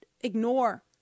ignore